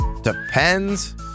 Depends